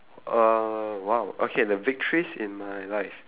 uh !wow! okay the victories in my life